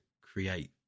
create